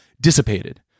dissipated